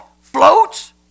Floats